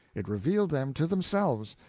it revealed them to themselves,